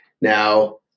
Now